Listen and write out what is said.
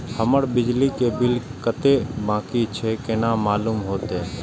हमर बिजली के बिल कतेक बाकी छे केना मालूम होते?